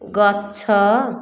ଗଛ